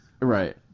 Right